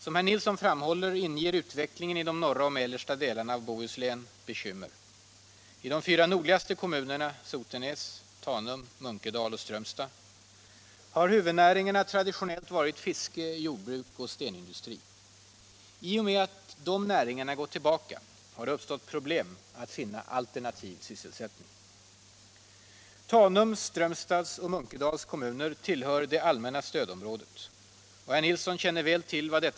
Som herr Nilsson framhåller inger utvecklingen i de norra och mellersta delarna av Bohuslän bekymmer. I de fyra nordligaste kommunerna Sotenäs, Tanum, Munkedal och Strömstad har huvudnäringarna traditionellt varit fiske, jordbruk och stenindustri. I och med att dessa näringar gått tillbaka har det uppstått problem att finna alternativ sysselsättning.